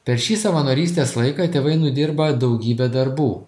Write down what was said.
per šį savanorystės laiką tėvai nudirba daugybę darbų